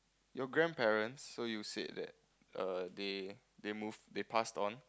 your grandparents so you said that err they they moved they passed on